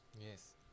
Yes